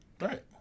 Right